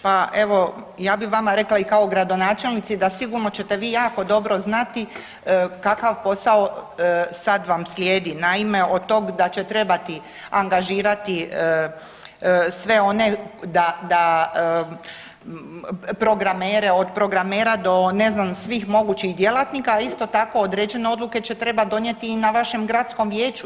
Pa evo ja bih vama rekla i kao gradonačelnici da sigurno ćete vi jako dobro znati kakav postao sad vam slijedi, naime od tog da će trebati angažirati sve one da programe od programera do ne znam svih mogućih djelatnika, ali isto tako određene odluke će trebat donijeti i na vašem gradskom vijeću.